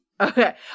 Okay